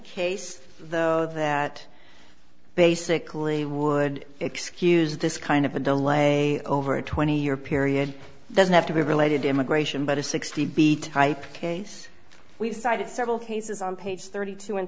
case though that basically would excuse this kind of a delay over a twenty year period doesn't have to be related to immigration but a sixty b type case we've cited several cases on page thirty two